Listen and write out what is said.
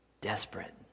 Desperate